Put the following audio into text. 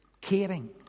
caring